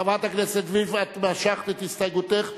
חברת הכנסת וילף, את משכת את הסתייגותך.